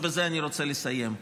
ובזה אני רוצה לסיים,